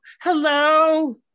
Hello